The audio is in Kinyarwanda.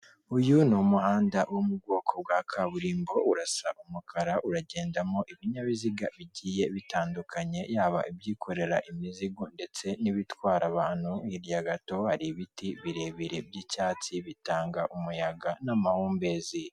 Uyu ni umuhanda wo mu bwoko bwa kaburimbo urasa umukara, uragendamo ibinyabiziga bigiye bitandukanye yaba ibyikorera imizigo ndetse n'ibitwara abantu hirya gato hari ibiti birebire by'icyatsi bitanga umuyaga n'amahumbezi.